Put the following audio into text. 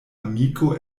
amiko